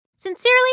Sincerely